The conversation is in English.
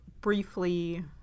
briefly